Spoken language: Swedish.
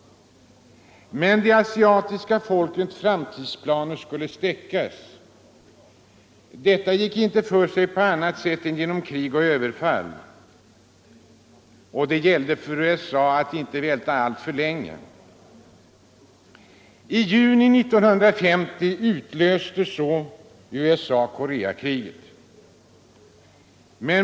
Men de asiatiska folkens framtidsplaner skulle stäckas. Detta gick inte för sig på annat sätt än genom krig och överfall. Det gällde för USA att inte vänta för länge. I juni 1950 utlöste USA Koreakriget.